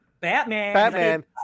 Batman